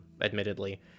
admittedly